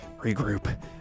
Regroup